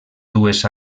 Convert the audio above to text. dues